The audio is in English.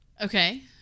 Okay